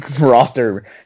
roster